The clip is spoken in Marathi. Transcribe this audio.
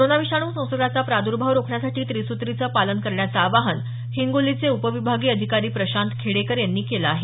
कोरोना विषाणू संसर्गाचा प्रादुर्भाव रोखण्यासाठी त्रिसुत्रीचं पालन करण्याचं आवाहन हिंगोलीचे उपविभागीय अधिकारी प्रशांत खेडेकर यांनी केलं आहे